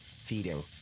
feeding